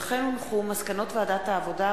מסקנות ועדת העבודה,